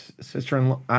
sister-in-law